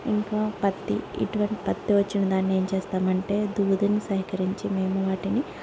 ఇంకా పత్తి ఇటువన్ పత్తి వచ్చిన దాన్ని ఏం చేస్తామంటే దూదిని సేకరించి మేము వాటిని